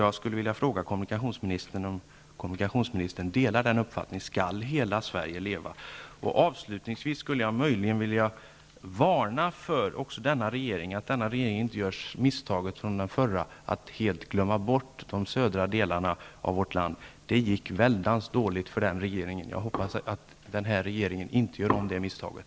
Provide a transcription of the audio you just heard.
Jag skulle vilja fråga kommunikationsministern om han delar den uppfattningen: Skall hela Sverige leva? Avslutningsvis skulle jag möjligen vilja varna denna regering för det misstag som den förra regeringen gjorde, som helt glömde bort de södra delarna av vårt land. Det gick väldigt dåligt för den regeringen, och jag hoppas att denna regering inte gör om det misstaget.